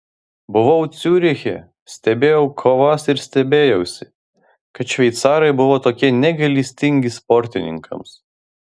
buvau ciuriche stebėjau kovas ir stebėjausi kad šveicarai buvo tokie negailestingi sportininkams